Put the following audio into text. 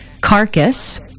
carcass